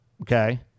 okay